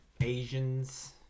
Asians